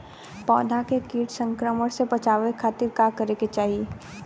पौधा के कीट संक्रमण से बचावे खातिर का करे के चाहीं?